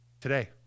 Today